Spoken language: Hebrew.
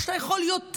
שאתה יכול יותר,